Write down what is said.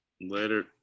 Later